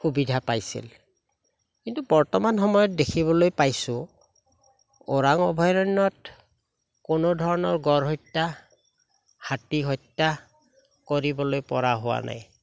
সুবিধা পাইছিল কিন্তু বৰ্তমান সময়ত দেখিবলৈ পাইছোঁ ওৰাং অভয়াৰণ্যত কোনো ধৰণৰ গঁড় হত্যা হাতী হত্যা কৰিবলৈ পৰা হোৱা নাই